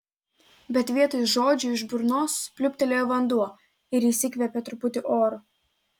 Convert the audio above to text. bet vietoj žodžių iš burnos pliūptelėjo vanduo ir jis įkvėpė truputį oro